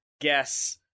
guess